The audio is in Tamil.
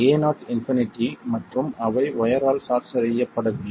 Ao இன்பினிட்டி மற்றும் அவை வயர் ஆல் ஷார்ட் செய்யப்படவில்லை